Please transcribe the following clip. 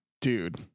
dude